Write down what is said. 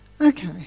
Okay